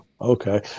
Okay